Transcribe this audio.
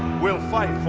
will fight